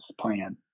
plan